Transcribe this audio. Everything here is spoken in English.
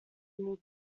new